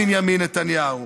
בנימין נתניהו.